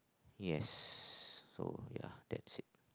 yes so ya that is